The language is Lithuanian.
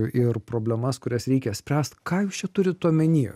ir problemas kurias reikia spręst ką jūs čia turit omenyje